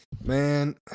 Man